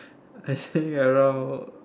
I think around